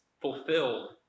fulfilled